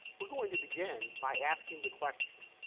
we're going to begin by asking the question,